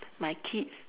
my kids